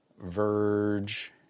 Verge